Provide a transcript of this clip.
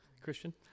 Christian